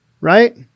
Right